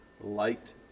light